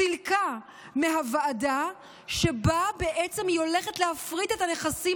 סילקה מהוועדה שבה בעצם היא הולכת להפריט את הנכסים